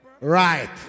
right